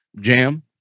Jam